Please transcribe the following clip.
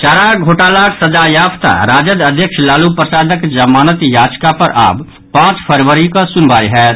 चारा घोटालाक सजायाफ्ता राजद अध्यक्ष लालू प्रसादक जमानत याचिका पर आब पांच फरवरीकऽ सुनवाई होयत